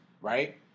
right